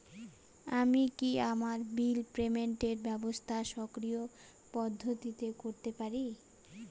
আমি কি আমার বিল পেমেন্টের ব্যবস্থা স্বকীয় পদ্ধতিতে করতে পারি?